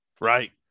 Right